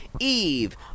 Eve